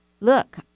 Look